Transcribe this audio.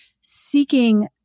seeking